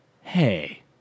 Hey